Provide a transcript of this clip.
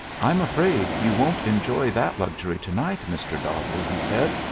i'm afraid you won't enjoy that luxury to-night, mr. dobbleigh, he said.